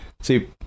see